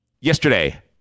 Yesterday